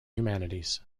humanities